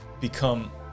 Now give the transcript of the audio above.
become